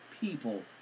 people